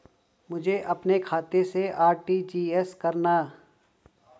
मुझे अपने खाते से आर.टी.जी.एस करना?